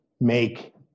make